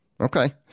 Okay